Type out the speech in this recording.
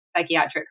psychiatric